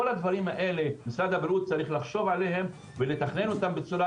על כל הדברים האלה משרד הבריאות צריך לחשוב ולתכנן אותם בצורה